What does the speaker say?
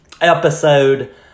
episode